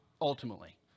ultimately